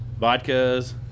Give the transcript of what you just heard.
vodkas